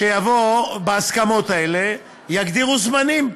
שיבואו בהסכמות האלה ויגדירו זמנים.